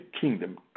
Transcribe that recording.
kingdom